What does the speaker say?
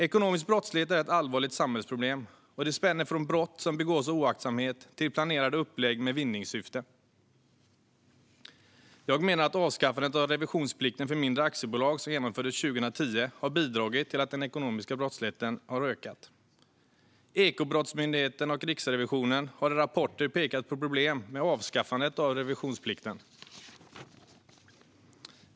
Ekonomisk brottslighet är ett allvarligt samhällsproblem och spänner från brott som begås av oaktsamhet till planerade upplägg med vinningssyfte. Jag menar att avskaffandet av revisionsplikten för mindre aktiebolag som genomfördes 2010 har bidragit till att den ekonomiska brottsligheten ökat. Ekobrottsmyndigheten och Riksrevisionen har i rapporter pekat på problem med avskaffandet av revisionsplikten.